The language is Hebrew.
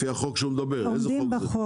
לפי החוק שהוא מדבר עליו איזה חוק זה?